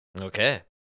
okay